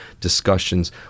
discussions